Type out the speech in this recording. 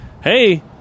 Hey